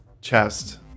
chest